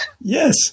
Yes